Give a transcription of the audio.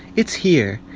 it's here.